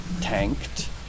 tanked